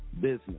business